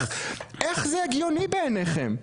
איך זה הגיוני בעיניכם?